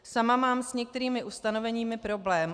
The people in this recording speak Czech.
Sama mám s některými ustanoveními problém.